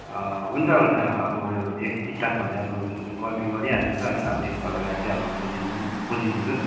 हुन्छ हुन्छ अब यति स्टाफहरूले अब गल्ती गरिहालेछ होइन एकपल्टलाई चाहिँ अब बुझिदिनु बुझिदिनु होस्